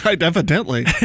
Evidently